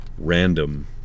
random